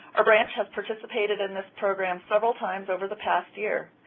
our branch has participated in this program several times over the past year.